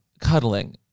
cuddling